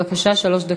בבקשה, שלוש דקות.